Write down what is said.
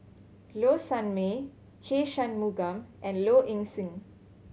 Low Sanmay K Shanmugam and Low Ing Sing